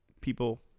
people